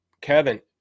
Kevin